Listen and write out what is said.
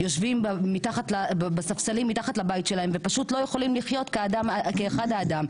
יושבים בספסלים מתחת לבית שלהם ופשוט לא יכולים לחיות כאחד האדם,